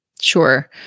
Sure